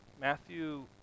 Matthew